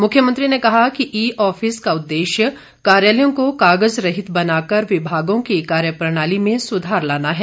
मुख्यमंत्री ने कहा कि ई ऑफिस का उददेश्य कार्यालयों को कागज सहित बनाकर विभागों की कार्य प्रणाली में सुधार लाना है